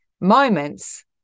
moments